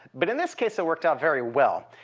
but in this case, it worked out very well.